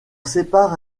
sépare